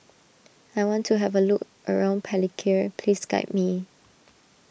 I want to have a look around Palikir please guide me